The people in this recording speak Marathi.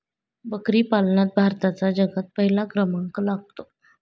बकरी पालनात भारताचा जगात पहिला क्रमांक लागतो